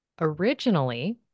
Originally